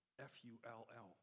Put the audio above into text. F-U-L-L